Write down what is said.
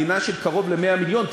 מדינה של קרוב ל-100 מיליון,